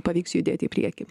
pavyks judėti į priekį